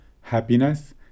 happiness